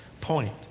point